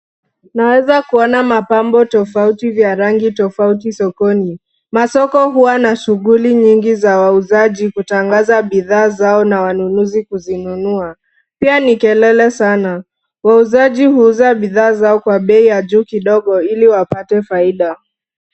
Tunaweza kuona mapambo tofauti vya rangi tofauti sokoni. Masoko huwa na shughuli nyingi za wauzaji kutangaza bidhaa zao na wanunuzi kuzinunua. Pia ni kelele sana. Wauzaji huuza bidhaa zao kwa bei ya juu kidogo ili wapate faida.